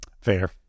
Fair